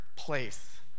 place